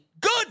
good